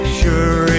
sure